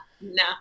No